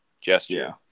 Gesture